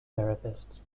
therapists